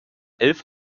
elf